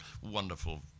wonderful